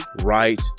right